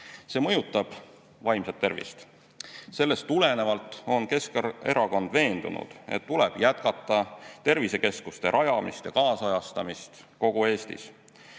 See mõjutab vaimset tervist. Sellest tulenevalt on Keskerakond veendunud, et tuleb jätkata tervisekeskuste rajamist ja kaasajastamist kogu Eestis.